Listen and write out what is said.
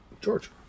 George